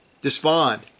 despond